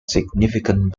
significant